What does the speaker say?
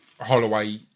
Holloway